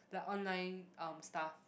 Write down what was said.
like online um stuff